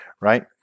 right